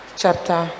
chapter